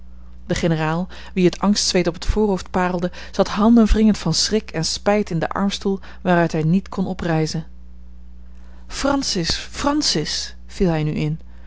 de generaal wien het angstzweet op het voorhoofd parelde zat handenwringend van schrik en spijt in den armstoel waaruit hij niet kon oprijzen francis francis viel hij nu in